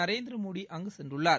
நரேந்திரமோடி அங்கு சென்றுள்ளார்